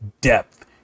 depth